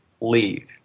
leave